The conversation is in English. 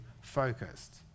focused